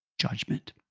judgment